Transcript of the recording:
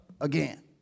again